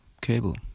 cable